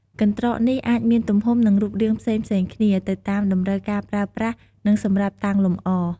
កន្ត្រកនេះអាចមានទំហំ និងរូបរាងផ្សេងៗគ្នា ទៅតាមតម្រូវការប្រើប្រាស់ និងសម្រាប់តាំងលម្អ។